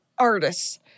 Artists